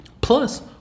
Plus